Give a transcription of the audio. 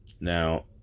Now